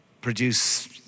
produce